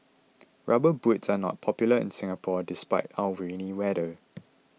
rubber boots are not popular in Singapore despite our rainy weather